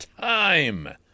time